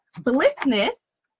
blissness